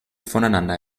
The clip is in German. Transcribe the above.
voneinander